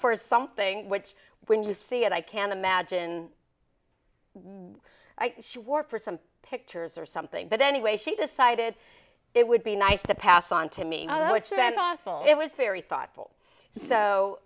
for something which when you see it i can imagine she wore for some pictures or something but anyway she decided it would be nice to pass on to me so it's been awesome it was very thoughtful so